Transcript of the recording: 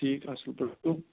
ٹھیٖک اصل پٲٹھۍ